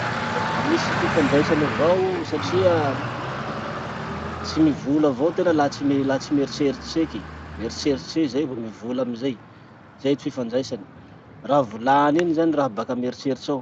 Misy fifandraisany avao io satria tsy mivola avao tena laha tsy mi- laha tsy mieritseritsy tseky. Mieritseritsy tse zay vao mivola amizay. Zay ty fifandraisany. Raha volany iny zany raha baka amy eritseritsy ao.